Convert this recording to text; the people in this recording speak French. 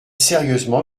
sérieusement